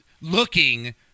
looking